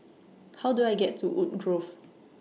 How Do I get to Woodgrove